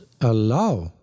allow